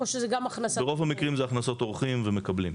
ברוב המקרים זה הכנסות אורחים ומקבלים.